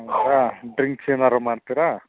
ಹೌದಾ ಡ್ರಿಂಕ್ಸ್ ಏನಾದ್ರು ಮಾಡ್ತೀರಾ